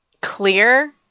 clear